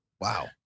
Wow